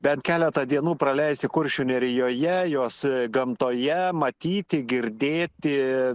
bent keletą dienų praleisti kuršių nerijoje jos gamtoje matyti girdėti